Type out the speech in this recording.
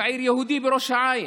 צעיר יהודי בראש העין.